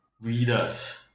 readers